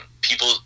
People